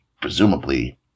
presumably